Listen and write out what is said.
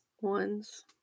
ones